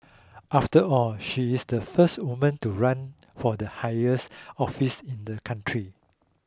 after all she is the first woman to run for the highest office in the country